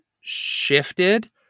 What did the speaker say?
shifted